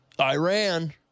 Iran